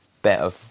better